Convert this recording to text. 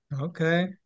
Okay